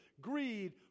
greed